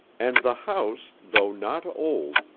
and the house, though not old,